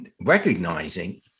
recognizing